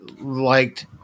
liked